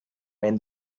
when